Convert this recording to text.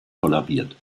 kollabiert